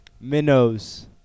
minnows